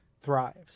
thrives